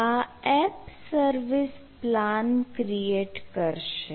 આ app service plan create કરશે